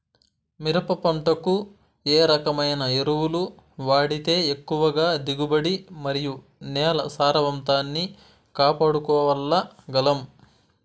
మిరప పంట కు ఏ రకమైన ఎరువులు వాడితే ఎక్కువగా దిగుబడి మరియు నేల సారవంతాన్ని కాపాడుకోవాల్ల గలం?